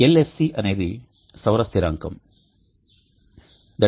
LSC అనేది సౌర స్థిరాంకం 1